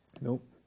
Nope